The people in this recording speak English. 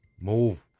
Move